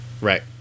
Right